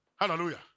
Hallelujah